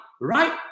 right